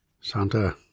Santa